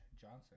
Johnson